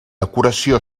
decoració